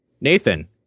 Nathan